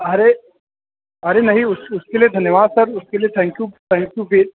अरे अरे नहीं उसके लिए धन्यवाद सर उसके लिए थैंक यू थैंक यू